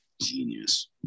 Genius